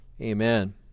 Amen